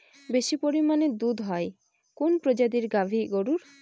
বেশি পরিমানে দুধ হয় কোন প্রজাতির গাভি গরুর?